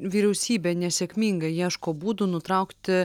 vyriausybė nesėkmingai ieško būdų nutraukti